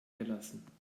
gelassen